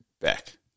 back